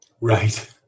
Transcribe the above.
right